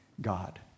God